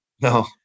No